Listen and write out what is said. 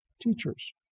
teachers